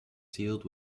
sealed